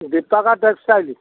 Deepak textile